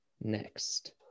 Next